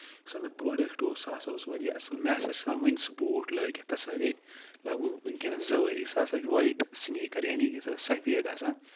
یُس ہسا مےٚ پروڈَکٹ اوس سُہ سا اوس واریاہ اَصٕل مےٚ سا چھُ آسان وٕنہِ سُہ بوٗٹھ لٲگِتھ تَتھ ہسا گے لَگ بگ وٕنی کینس زٕ ؤری سُہ ہسا چھُ وایِٹ سِنیٖکر یعنی کہِ سَفید ہسا